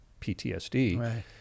PTSD